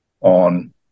on